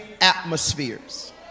atmospheres